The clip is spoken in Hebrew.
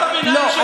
לא.